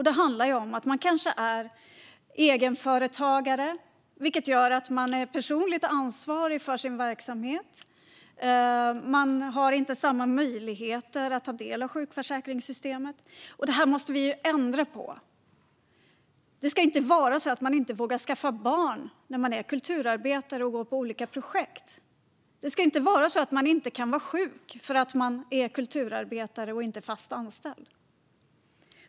Det handlar om att man kanske är egenföretagare, vilket gör att man är personligt ansvarig för sin verksamhet och inte har samma möjligheter att ta del av sjukförsäkringssystemet. Detta måste vi ändra på. Det ska inte vara så att man inte vågar skaffa barn när man är kulturarbetare och går runt på olika projektanställningar. Det ska inte vara så att man inte kan vara sjuk för att man är kulturarbetare och inte är fast anställd.